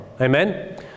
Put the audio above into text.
amen